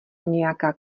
nějaká